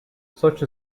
such